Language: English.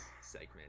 segment